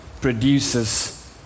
produces